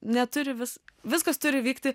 neturi vis viskas turi vykti